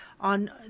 on